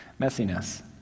messiness